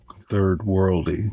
third-worldy